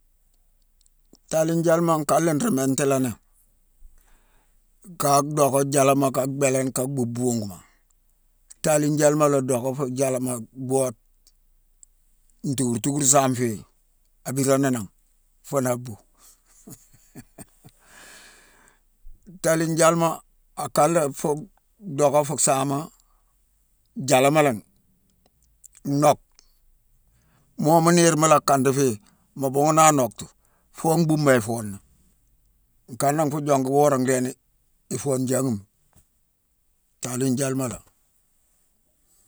Talinghjalema, nkana nruu mintela ni. Ka dhocké jalama, ka bhéléne, ka buu bunguma. Talinghjalema la docka fu jalama bhoode: ntukurtukur saame fi, a birani nangh, fu na bu. Talinghjalema a ka la fu docka fu saama, jalama langhi: nock, moo mu niirma mu la kandi fi, mu bhughune a noctu, foo mbhuumo i foona. Nkan na nfu jongu wora ndhéne i foone jaaghima: talinghjalema lo.